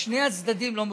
משני הצדדים לא מכובד: